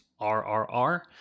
RRR